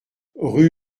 rue